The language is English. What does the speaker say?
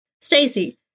Stacy